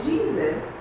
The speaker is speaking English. Jesus